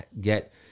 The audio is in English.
get